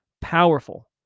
powerful